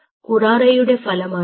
കുറാറെയുടെ ഫലമാണിത്